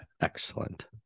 Excellent